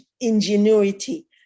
ingenuity